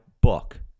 book